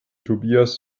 tobias